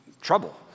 trouble